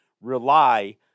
rely